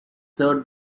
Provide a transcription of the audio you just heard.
served